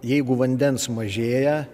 jeigu vandens mažėja